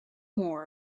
more